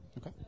Okay